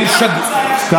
למה?